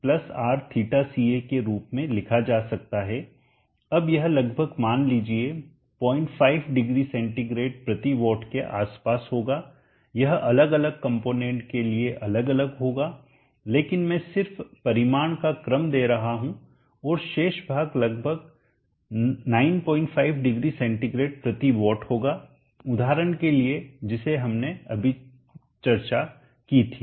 तो Rθja को Rθjc Rθca के रूप में लिखा जा सकता है अब यह लगभग मान लीजिए 050CW के आस पास होगा यह अलग अलग कंपोनेंट के लिए अलग अलग होगा लेकिन मैं सिर्फ परिमाण का क्रम दे रहा हूँ और शेष भाग लगभग 950CW होगा उदाहरण के लिए जिसे हमने अभी चर्चा की थी